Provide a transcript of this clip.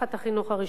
שתחת החינוך הרשמי.